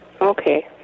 okay